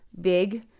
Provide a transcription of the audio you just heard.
Big